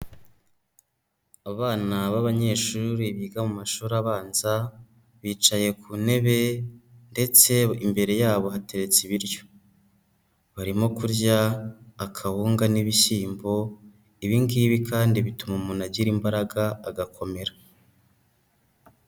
Abana b'abanyeshuri biga mu mashuri abanza, bicaye ku ntebe ndetse imbere yabo hateretse ibiryo. Barimo kurya akawunga n'ibishyimbo, ibi ngibi kandi bituma umuntu agira imbaraga agakomera.